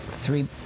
three